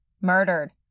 murdered